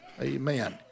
Amen